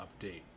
Update